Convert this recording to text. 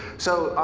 so,